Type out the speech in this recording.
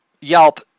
Yelp